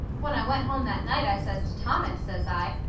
when i went home that night i says to thomas, says i,